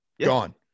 gone